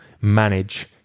manage